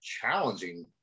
challenging